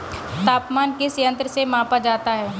तापमान किस यंत्र से मापा जाता है?